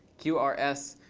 q, r, s.